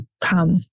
come